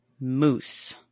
moose